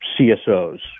CSOs